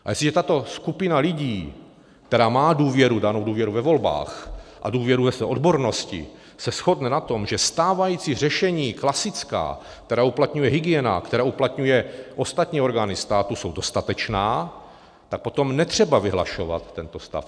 A jestliže tato skupina lidí, která má důvěru, danou důvěru ve volbách a důvěru ve své odbornosti, se shodne na tom, že stávající řešení klasická, která uplatňuje hygiena, která uplatňují ostatní orgány státu, jsou dostatečná, tak potom netřeba vyhlašovat tento stav.